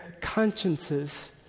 consciences